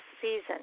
season